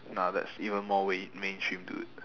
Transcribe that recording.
nah that's even more way mainstream dude